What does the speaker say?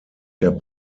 der